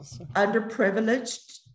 underprivileged